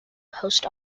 post